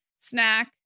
snack